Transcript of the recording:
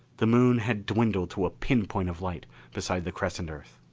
the moon had dwindled to a pin point of light beside the crescent earth.